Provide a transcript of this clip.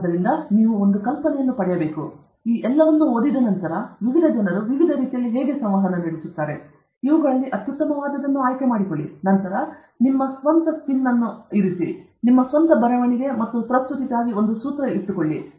ಆದ್ದರಿಂದ ನೀವು ಒಂದು ಕಲ್ಪನೆಯನ್ನು ಪಡೆಯಬೇಕು ಮತ್ತು ಈ ಎಲ್ಲವನ್ನೂ ಓದಿದ ನಂತರ ವಿವಿಧ ಜನರು ವಿವಿಧ ರೀತಿಯಲ್ಲಿ ಹೇಗೆ ಸಂವಹನ ನಡೆಸುತ್ತಾರೆ ಮತ್ತು ಇವುಗಳಲ್ಲಿ ಅತ್ಯುತ್ತಮವಾದದನ್ನು ಆಯ್ಕೆ ಮಾಡಿಕೊಳ್ಳಿ ನಂತರ ನಿಮ್ಮ ಸ್ವಂತ ಸ್ಪಿನ್ ಅನ್ನು ಇರಿಸಿ ಮತ್ತು ನಿಮ್ಮ ಸ್ವಂತ ಬರವಣಿಗೆ ಮತ್ತು ಪ್ರಸ್ತುತಿಗಾಗಿ ಸೂತ್ರ ಇರಿಸಿ